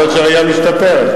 יכול להיות שהראייה משתפרת.